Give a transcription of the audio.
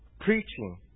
preaching